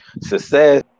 success